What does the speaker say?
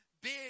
big